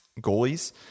goalies